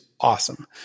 awesome